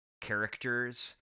character's